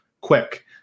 quick